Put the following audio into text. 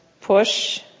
push